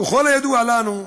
ככל הידוע לנו,